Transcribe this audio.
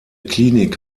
klinik